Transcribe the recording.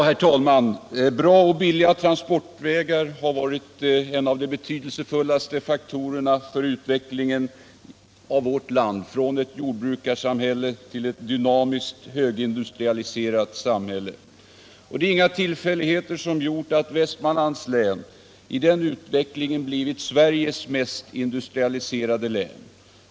Herr talman! Bra och billiga transportvägar har varit en av de betydelsefullaste faktorerna för utvecklingen av vårt land från ett jordbrukarsamhälle till ett dynamiskt högindustrialiserat samhälle. Det är inga tillfälligheter som gjort att Västmanlands län i den utvecklingen blivit Sveriges mest industrialiserade län.